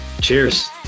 cheers